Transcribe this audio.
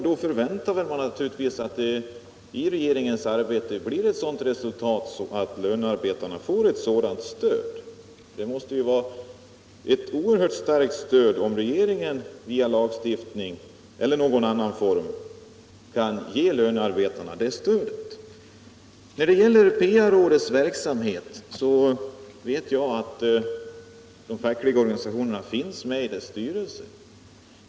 Då förväntar man naturligtvis att regeringens arbete resulterar i att lönarbetarna får ett sådant stöd. Det måste vara oerhört värdefullt om regeringen via lagstiftning eller på något annat sätt kan ge lönarbetarna det stödet. När det gäller PA-rådets verksamhet vet jag att de fackliga organisationerna finns med i dess styrelse.